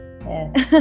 yes